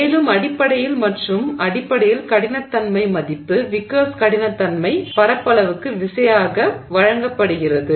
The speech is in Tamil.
மேலும் அடிப்படையில் மற்றும் அடிப்படையில் கடினத்தன்மை மதிப்பு விக்கர்ஸ் கடினத்தன்மை VH FA பரப்பளவுக்கு விசையாக வழங்கப்படுகிறது